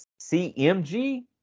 CMG